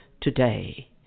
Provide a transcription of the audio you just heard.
today